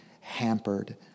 hampered